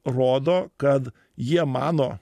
rodo kad jie mano